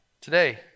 today